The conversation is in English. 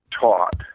taught